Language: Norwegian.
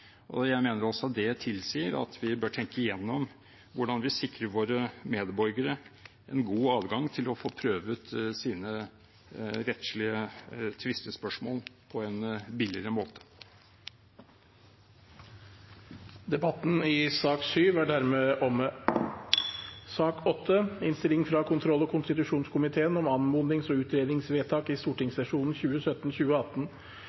og jeg mener at det tilsier at vi bør tenke igjennom hvordan vi sikrer våre medborgere en god adgang til å få prøvd sine rettslige tvistespørsmål på en billigere måte. Flere har ikke bedt om ordet til sak nr. 7. Den saken vi nå har til behandling, og